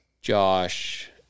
Josh